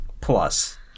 Plus